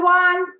one